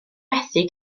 methu